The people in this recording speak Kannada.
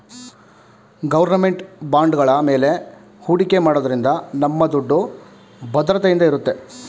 ಗೌರ್ನಮೆಂಟ್ ಬಾಂಡ್ಗಳ ಮೇಲೆ ಹೂಡಿಕೆ ಮಾಡೋದ್ರಿಂದ ನಮ್ಮ ದುಡ್ಡು ಭದ್ರತೆಯಿಂದ ಇರುತ್ತೆ